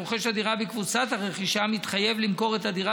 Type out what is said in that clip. רוכש הדירה בקבוצת הרכישה מתחייב למכור את הדירה